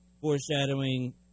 foreshadowing